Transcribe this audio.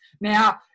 Now